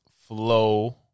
flow